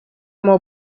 mau